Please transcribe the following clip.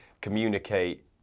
communicate